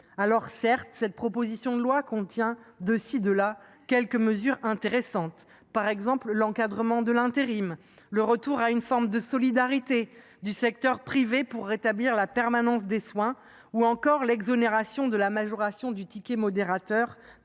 soins. Certes, cette proposition de loi contient de ci de là quelques mesures intéressantes, par exemple l’encadrement de l’intérim, le retour à une forme de solidarité du secteur privé pour rétablir la permanence des soins ou encore l’exonération de la majoration du ticket modérateur